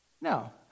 Now